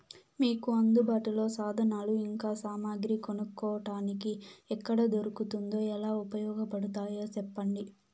మీకు అందుబాటులో సాధనాలు ఇంకా సామగ్రి కొనుక్కోటానికి ఎక్కడ దొరుకుతుందో ఎలా ఉపయోగపడుతాయో సెప్పండి?